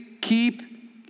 keep